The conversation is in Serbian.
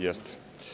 Jeste.